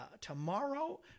tomorrow